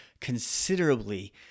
considerably